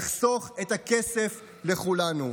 יחסוך את הכסף לכולנו.